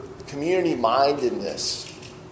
Community-mindedness